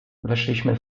weszliśmy